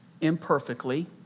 imperfectly